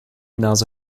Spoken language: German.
nase